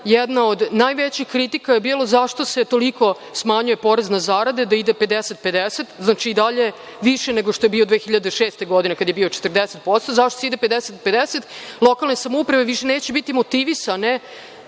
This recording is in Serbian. Jedna od najvećih kritika je bilo zašto se toliko smanjuje porez na zarade, da ide 50-50. Znači, više nego što je bio 2006. godine, kada je bio 40%. Zašto se ide 50-50? Lokalne samouprave više neće biti motivisane